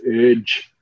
urge